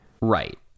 Right